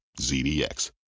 ZDX